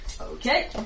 Okay